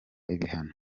ibihano